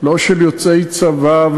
לא של יוצאי צבא,